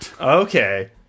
Okay